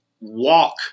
walk